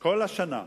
כל השנה,